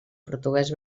portuguès